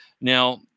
Now